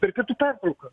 per pietų pertrauką